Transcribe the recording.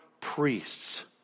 priests